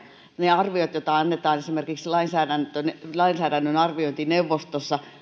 niissä arvioissa joita annetaan esimerkiksi lainsäädännön lainsäädännön arviointineuvostossa ja